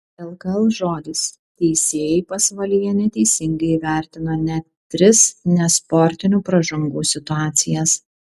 lkl žodis teisėjai pasvalyje neteisingai įvertino net tris nesportinių pražangų situacijas